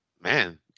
man